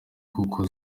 kuko